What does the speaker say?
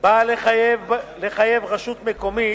באה לחייב רשות מקומית,